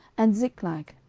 and ziklag,